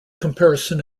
comparison